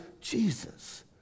Jesus